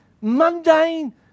mundane